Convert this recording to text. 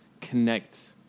connect